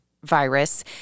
Virus